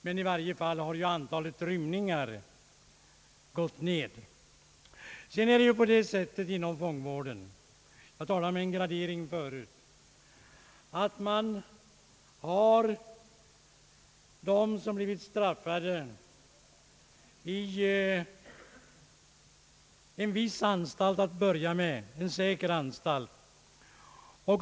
I varje fall har antalet rymningar minskat. Inom fångvården förekommer, som jag förut sade, en viss gradering då det gäller internernas placering. Till att börja med har man de straffade i en säker anstalt.